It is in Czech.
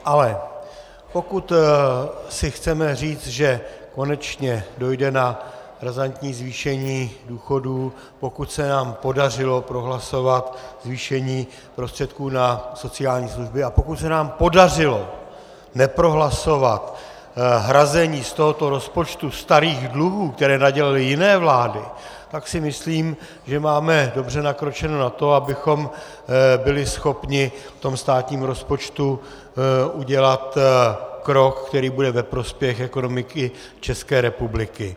Ale pokud si chceme říci, že konečně dojde na razantní zvýšení důchodů, pokud se nám podařilo prohlasovat zvýšení prostředků na sociální služby a pokud se nám podařilo neprohlasovat hrazení z tohoto rozpočtu starých dluhů, které nadělaly jiné vlády, tak si myslím, že máme dobře nakročeno na to, abychom byli schopni v tom státním rozpočtu udělat krok, který bude ve prospěch ekonomiky České republiky.